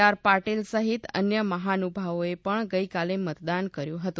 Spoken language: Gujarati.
આર પાટીલ સહિત અન્ય મહાનુભાવોએ પણ ગઈકાલે મતદાન કર્યું હતું